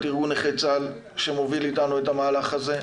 ארגון נכי צה"ל שמוביל איתנו את המהלך הזה,